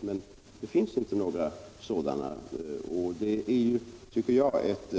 Men det finns inte några sådana. Därför tycker jag att